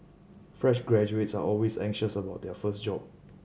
fresh graduates are always anxious about their first job